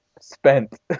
spent